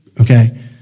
okay